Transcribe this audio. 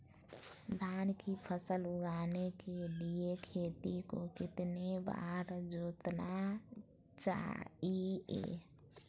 धान की फसल उगाने के लिए खेत को कितने बार जोतना चाइए?